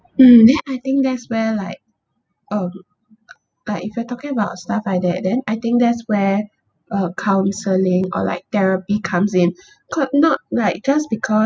mm ya I think that's where like um uh if you are talking about stuff like that then I think that's where uh counselling or like therapy comes in could not right just because